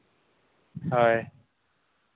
ᱦᱳᱭ